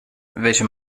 welche